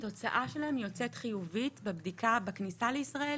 שהתוצאה שלהם יוצאת חיובית בבדיקה בכניסה לישראל?